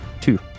Two